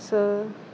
so